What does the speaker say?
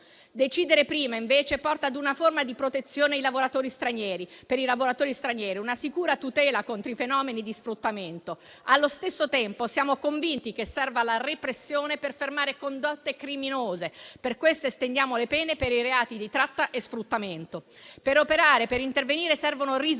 Decidere prima, invece, porta ad una forma di protezione per i lavoratori stranieri e ad una sicura tutela contro i fenomeni di sfruttamento. Allo stesso tempo, siamo convinti che serva la repressione per fermare condotte criminose. Per questo estendiamo le pene per i reati di tratta e sfruttamento. Per operare, per intervenire servono risorse.